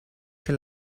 che